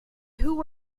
who